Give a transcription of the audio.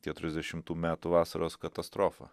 keturiasdešimtų metų vasaros katastrofa